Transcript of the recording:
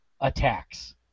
attacks